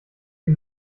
ihm